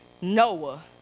Noah